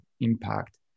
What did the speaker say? impact